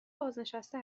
بازنشسته